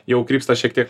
jau krypsta šiek tiek